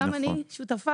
גם אני שותפה